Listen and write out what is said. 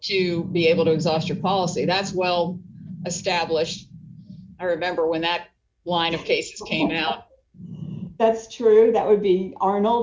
to be able to exhaust your policy that's well established i remember when that line of cases came out that's true that would be arnold